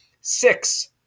six